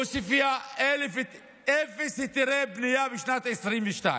עוספיא, אפס היתרי בנייה בשנת 2022,